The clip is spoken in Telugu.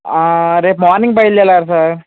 రేపు మార్నింగ్ బయల్దేరాలి సార్